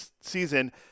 season